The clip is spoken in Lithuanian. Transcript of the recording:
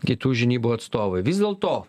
kitų žinybų atstovai vis dėl to